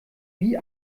wie